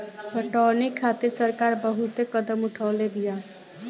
पटौनी खातिर सरकार बहुते कदम उठवले बिया